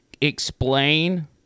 explain